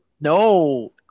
No